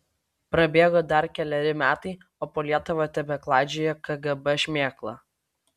prabėgo dar keleri metai o po lietuvą tebeklaidžioja kgb šmėkla